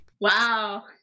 Wow